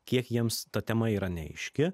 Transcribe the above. kiek jiems ta tema yra neaiški